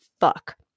fuck